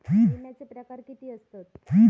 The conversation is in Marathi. विमाचे प्रकार किती असतत?